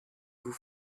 vous